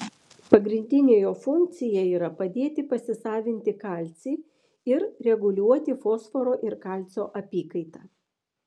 pagrindinė jo funkcija yra padėti pasisavinti kalcį ir reguliuoti fosforo ir kalcio apykaitą